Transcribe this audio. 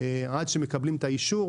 עד שמקבלים את האישור